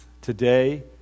Today